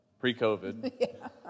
Pre-COVID